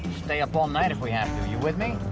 stay up all night if we have to, you with me?